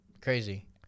crazy